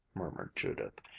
murmured judith.